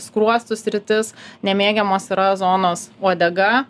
skruostų sritis nemėgiamos yra zonos uodega